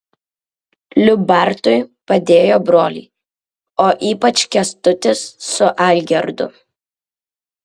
liubartui padėjo broliai o ypač kęstutis su algirdu